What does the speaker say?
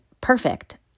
perfect